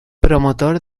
promotor